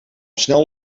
snel